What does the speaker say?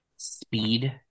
speed